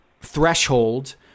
threshold